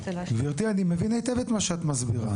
גבירתי, אני מבין היטב את מה שאת מסבירה.